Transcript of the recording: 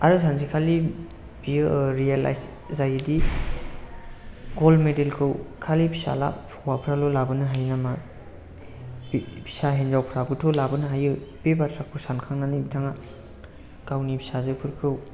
आरो सानसेखालि बियो रियेलायस जायोदि गल्ड मेडेल खौ खालि फिसाला हौवाफ्राल' लाबोनो हायो नामा फिसा हिनजावफ्राबोथ' लाबोनो हायो बे बाथ्राखौ सानखांनानै बिथिङा गावनि फिसाजोफोरखौ